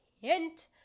hint